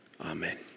Amen